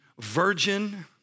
virgin